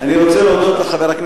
אני מדבר אתו, מה לעשות?